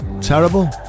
Terrible